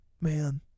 man